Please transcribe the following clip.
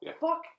fuck